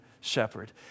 shepherd